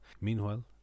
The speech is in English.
Meanwhile